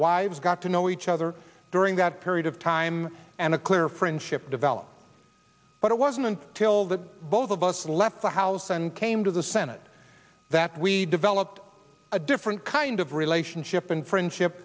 wives got to know each other during that period of time and a clear friendship developed but it wasn't until the both of us left the house and came to the senate that we developed a different kind of relationship and friendship